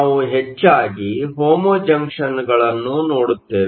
ನಾವು ಹೆಚ್ಚಾಗಿ ಹೋಮೋ ಜಂಕ್ಷನ್ಗಳನ್ನು ನೋಡುತ್ತೇವೆ